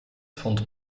vond